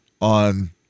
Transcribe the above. on